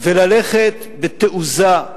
וללכת בתעוזה.